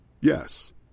Yes